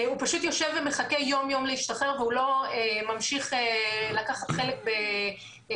הוא פשוט יושב ומחכה יום-יום להשתחרר והוא לא ממשיך לקחת חלק בשיקום.